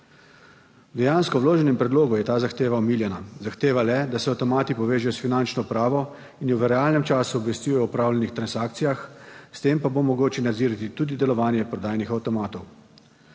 Dejansko v vloženem predlogu je ta zahteva omiljena, zahteva le, da se avtomati povežejo s finančno upravo in jo v realnem času obvestijo opravljenih transakcijah, s tem pa bo mogoče nadzirati tudi delovanje prodajnih avtomatov.